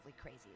crazy